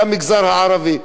מהמגזר הערבי.